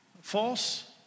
False